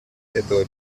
этого